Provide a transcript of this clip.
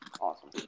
Awesome